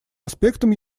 аспектом